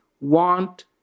want